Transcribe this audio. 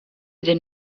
den